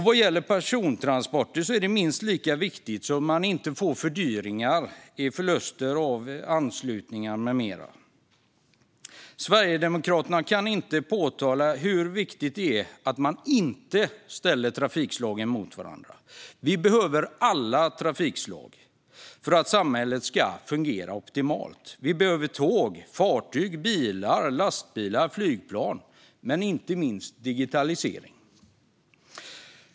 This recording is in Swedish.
Vad gäller persontransporter är det minst lika viktigt att man inte får fördyringar genom förluster av anslutningar med mera. Sverigedemokraterna kan inte nog påpeka hur viktigt det är att man inte ställer trafikslagen mot varandra. Vi behöver alla trafikslag för att samhället ska fungera optimalt. Vi behöver tåg, fartyg, bilar, lastbilar och flygplan, men inte minst behöver vi digitalisering.